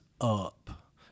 up